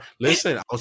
Listen